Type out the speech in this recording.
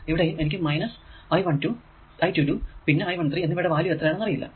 ഇവിടെയും എനിക്ക് minus I 1 2 I 2 2 പിന്നെ I 13 എന്നിവയുടെ വാല്യൂ എത്രയാണ് എന്ന് അറിയില്ല